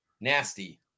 nasty